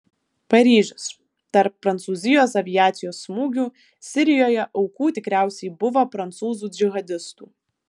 paryžius tarp prancūzijos aviacijos smūgių sirijoje aukų tikriausiai buvo prancūzų džihadistų